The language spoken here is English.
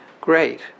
great